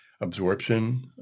absorption